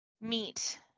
meet